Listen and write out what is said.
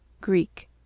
Greek